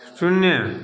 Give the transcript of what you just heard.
शून्य